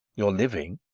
your living.